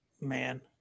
Man